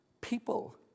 people